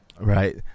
Right